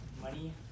money